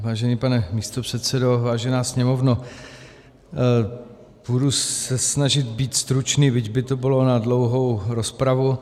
Vážený pane místopředsedo, vážená sněmovno, budu se snažit být stručný, byť by to bylo na dlouhou rozpravu.